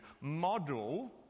model